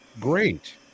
great